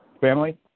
Family